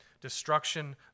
Destruction